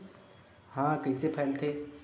ह कइसे फैलथे?